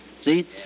See